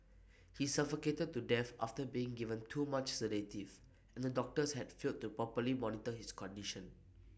he suffocated to death after being given too much sedative and the doctors had failed to properly monitor his condition